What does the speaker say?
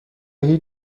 هیچ